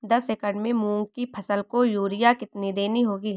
दस एकड़ में मूंग की फसल को यूरिया कितनी देनी होगी?